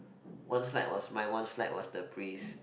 one slide was mine one slide was the priest